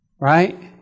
right